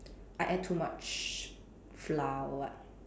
I add to much flour or what